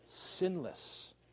Sinless